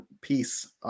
piece